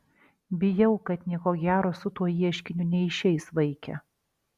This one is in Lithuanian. bijau kad nieko gero su tuo ieškiniu neišeis vaike